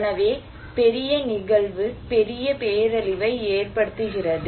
எனவே பெரிய நிகழ்வு பெரிய பேரழிவை ஏற்படுத்துகிறது